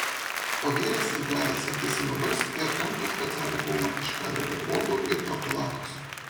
o vyras įbedęs akis į lubas ir kramto specialią gumą iš kadagio uogų ir portulakos